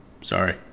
Sorry